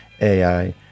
AI